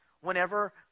whenever